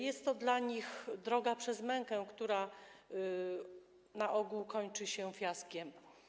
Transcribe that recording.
Jest to dla nich droga przez mękę, która na ogół kończy się fiaskiem.